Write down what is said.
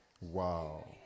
Wow